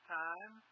time